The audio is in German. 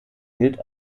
gilt